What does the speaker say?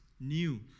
new